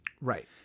Right